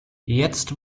jetzt